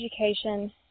education